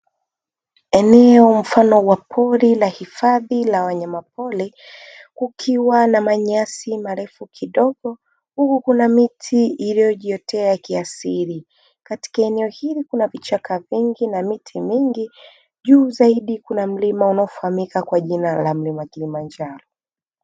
Eneo mfano wa pori la hifadhi la wanyama pori kukiwa na manyasi marefu kidogo, huku kuna miti iliyojiotea kiasiri katika eneo hili kuna vichaka vingi na miti mingi, juu zaidi kuna mlima unaofahamika kwa jina la mlima Kilimanjaro.